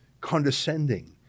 condescending